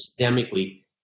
systemically